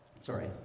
Sorry